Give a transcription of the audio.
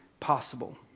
possible